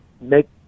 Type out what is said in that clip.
make